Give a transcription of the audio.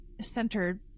centered